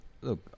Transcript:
look